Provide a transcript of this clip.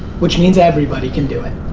which means everybody can do it.